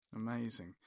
Amazing